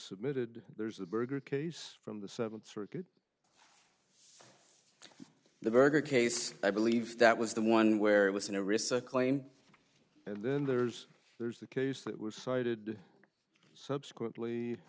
submitted there's a burger case from the seventh circuit the burger case i believe that was the one where it was in a recent claim and then there's there's the case that was cited subsequently